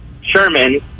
Sherman